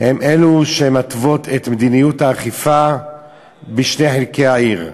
הן שמתוות את מדיניות האכיפה בשני חלקי העיר.